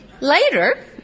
later